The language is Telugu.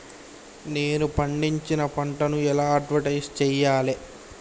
నేను పండించిన పంటను ఎలా అడ్వటైస్ చెయ్యాలే?